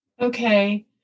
Okay